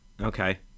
Okay